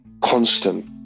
constant